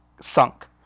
sunk